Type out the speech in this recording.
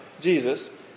Jesus